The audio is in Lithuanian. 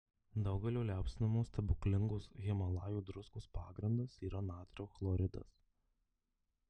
daugelio liaupsinamos stebuklingos himalajų druskos pagrindas yra natrio chloridas